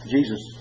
Jesus